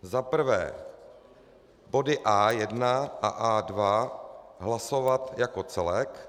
Za prvé body A1 a A2 hlasovat jako celek.